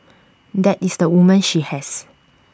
that is the woman she has